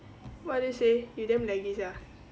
what did you say you damn laggy sia